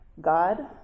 God